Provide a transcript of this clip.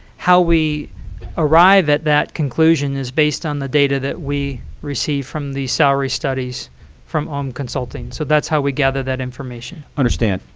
how we arrive at that conclusion is based on the data that we receive from the salary studies from om consulting. so that's how we gather that information. understand.